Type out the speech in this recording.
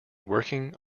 working